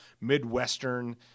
Midwestern